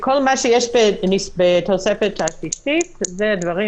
כל מה שיש בתוספת הבסיסית זה דברים